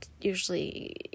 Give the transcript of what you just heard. usually